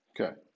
Okay